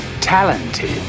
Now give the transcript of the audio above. Talented